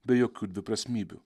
be jokių dviprasmybių